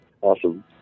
Awesome